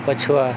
ପଛୁଆ